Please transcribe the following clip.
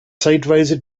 zeitweise